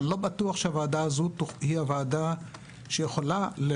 אבל אני לא בטוח שהוועדה הזו היא הוועדה שיכולה לקבוע